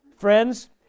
Friends